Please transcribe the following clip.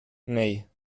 nee